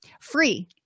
free